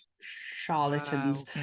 Charlatans